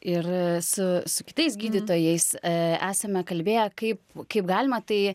ir su su kitais gydytojais esame kalbėję kaip kaip galima tai